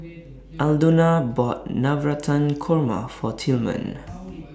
Aldona bought Navratan Korma For Tillman